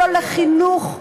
לא לחינוך,